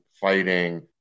fighting